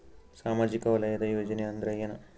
ಸಾಮಾಜಿಕ ವಲಯದ ಯೋಜನೆ ಅಂದ್ರ ಏನ?